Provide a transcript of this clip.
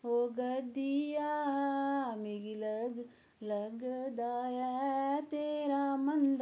ओ गद्दिया मिकी लग लगदा ऐ तेरा मंदा